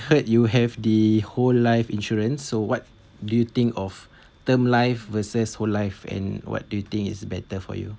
I heard you have the whole life insurance so what do you think of term life versus whole life and what do you think is better for you